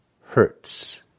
hurts